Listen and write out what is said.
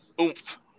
oomph